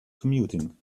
commuting